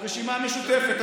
הרשימה המשותפת.